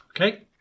Okay